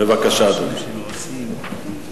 בבקשה, אדוני.